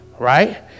right